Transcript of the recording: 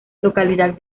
localidad